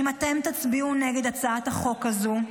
אם אתם תצביעו נגד הצעת החוק הזו,